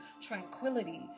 tranquility